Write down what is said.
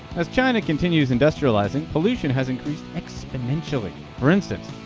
as china continues industrializing, pollution has increased exponentially. for instance,